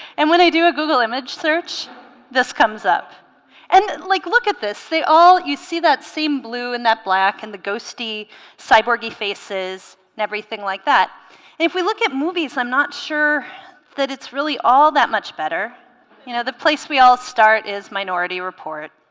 and when they do a google image search this comes up and like look at this they all you see that seem blue and that black and the ghosty cyborg ii faces and everything like that if we look at movies i'm not sure that it's really all that much better you know the place we all start is minority report